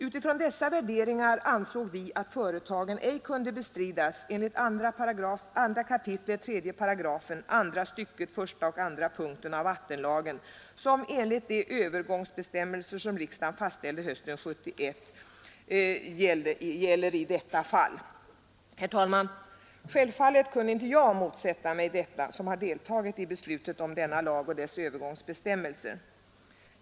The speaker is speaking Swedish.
Utifrån dessa värderingar ansåg vi att företagen ej kunde bestridas enligt 2 kap. 3 § andra stycket första och andra punkten i vattenlagen, som enligt de övergångsbestämmelser som riksdagen fastställde hösten 1971 gäller i detta fall. Herr talman! Självfallet kunde inte jag motsätta mig detta, som har deltagit i beslutet om denna lag och dess övergångsbestämmelser.